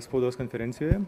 spaudos konferencijoje